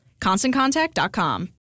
ConstantContact.com